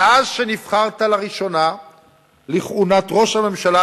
מאז נבחרת לראשונה לכהונת ראש הממשלה,